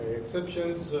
exceptions